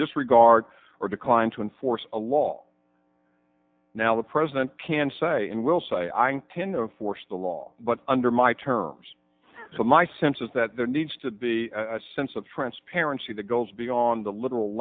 disregard or decline to enforce a law now the president can say and will say i pin or force the law but under my terms so my sense is that there needs to be a sense of transparency that goes beyond the literal